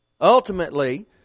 ultimately